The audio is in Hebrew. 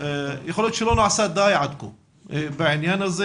שיכול להיות שלא נעשה די עד כה בעניין הזה